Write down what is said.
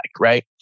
right